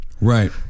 Right